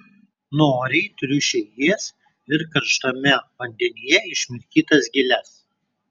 noriai triušiai ės ir karštame vandenyje išmirkytas giles